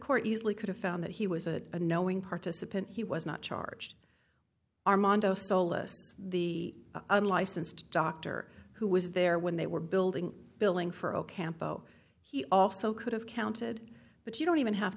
court easily could have found that he was a knowing participant he was not charged armando solis the unlicensed doctor who was there when they were building billing for ocampo he also could have counted but you don't even have